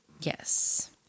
Yes